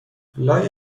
لای